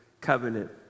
covenant